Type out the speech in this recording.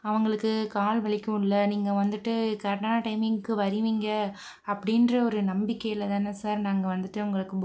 அவங்களுக்கு கால் வலிக்கும் இல்லை நீங்கள் வந்துட்டு கரெக்ட்டான டைமிங்குக்கு வருவீங்க அப்படின்ற ஒரு நம்பிக்கையில் தானே சார் நாங்கள் வந்துட்டு உங்களுக்கு புக் பண்ணுறோம்